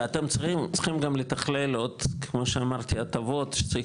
ואתם צריכים גם לתכלל עוד כמו שאמרתי הטבות שצריך